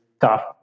tough